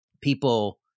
people